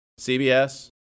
CBS